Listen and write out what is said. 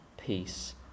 peace